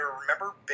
remember